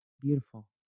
Beautiful